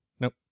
Nope